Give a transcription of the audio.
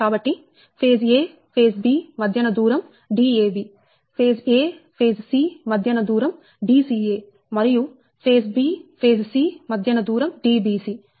కాబట్టి phase a phase b మధ్యన దూరం Dab phase a phase c మధ్యన దూరం Dca మరియు ఫేజ్b ఫేజ్ c మధ్యన దూరం Dbc